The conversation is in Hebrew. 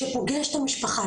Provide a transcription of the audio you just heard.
שפוגש את המשפחה,